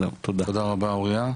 תודה רבה אוריה.